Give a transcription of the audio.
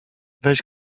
weź